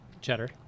cheddar